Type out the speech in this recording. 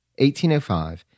1805